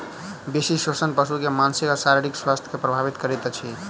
बेसी शोषण पशु के मानसिक आ शारीरिक स्वास्थ्य के प्रभावित करैत अछि